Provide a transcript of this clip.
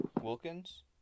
Wilkins